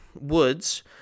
woods